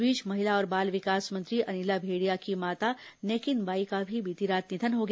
इस बीच महिला और बाल विकास मंत्री अनिला भेड़िया की माता नेकिन बाई का भी बीती रात निधन हो गया